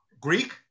greek